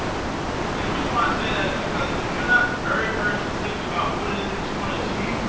and the reason why i say that is because if you're not very, very specific about what it is that you want to achieve,